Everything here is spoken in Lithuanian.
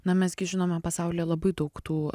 na mes gi žinome pasaulyje labai daug tų